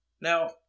Now